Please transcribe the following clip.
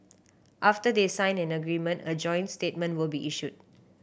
after they sign an agreement a joint statement will be issued